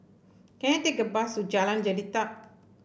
can I take a bus to Jalan Jelita